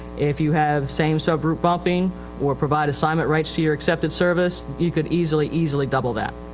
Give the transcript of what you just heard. if you have same sub-group bumping or provide assignments rights to your accepted service you could easily, easily double that.